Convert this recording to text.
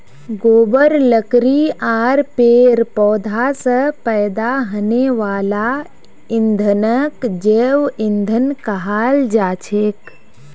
गोबर लकड़ी आर पेड़ पौधा स पैदा हने वाला ईंधनक जैव ईंधन कहाल जाछेक